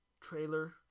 trailer